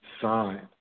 sign